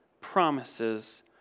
promises